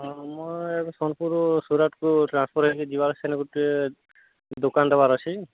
ହଁ ମୁଁ ସୋନପୁରରୁ ସୁରଟକୁ ଟ୍ରାନ୍ସଫର ହେଇକି ଯିବାର ସେନ ଗୋଟେ ଦୋକାନ ଦେବାର ଅଛି